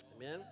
Amen